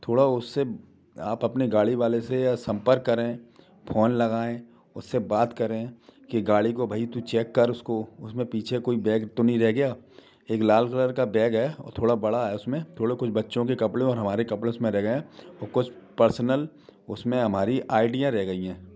थोड़ा उससे आप अपने गाड़ी वाले से संपर्क करें फोन लगाएँ उससे बात करें कि गाड़ी को भई तू चेक कर उसको उसमें पीछे कोई बैग तो नहीं रह गया एक लाल कलर का बैग है थोड़ा बड़ा है उसमें थोड़े कुछ बच्चों के कपड़े हैं हमारे कपड़े उसमें रह गए हैं और कुछ पर्सनल उसमें हमारी आइडियाँ रह गई हैं